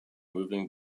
moving